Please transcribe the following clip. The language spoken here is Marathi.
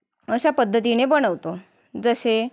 अशा पद्धतीने बनवतो जसे